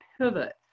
pivot